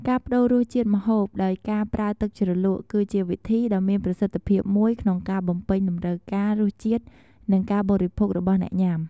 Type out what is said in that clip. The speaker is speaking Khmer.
ការប្តូររសជាតិម្ហូបដោយការប្រើទឹកជ្រលក់ គឺជាវិធីដ៏មានប្រសិទ្ធភាពមួយក្នុងការបំពេញតម្រូវការរសជាតិ និងការបរិភោគរបស់អ្នកញ៉ាំ។